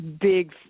big